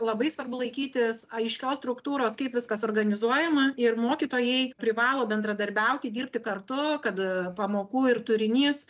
labai svarbu laikytis aiškios struktūros kaip viskas organizuojama ir mokytojai privalo bendradarbiauti dirbti kartu kad pamokų ir turinys